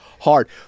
hard